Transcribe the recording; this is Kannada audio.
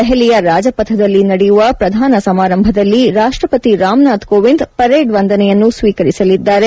ದೆಹಲಿಯ ರಾಜಪಥದಲ್ಲಿ ನಡೆಯುವ ಪ್ರಧಾನ ಸಮಾರಂಭದಲ್ಲಿ ರಾಷ್ಟಪತಿ ರಾಮನಾಥ್ ಕೋವಿಂದ್ ಪರೇಡ್ ವಂದನೆಯನ್ನು ಸ್ವೀಕರಿಸಲಿದ್ದಾರೆ